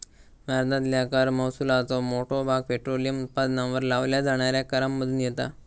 भारतातल्या कर महसुलाचो मोठो भाग पेट्रोलियम उत्पादनांवर लावल्या जाणाऱ्या करांमधुन येता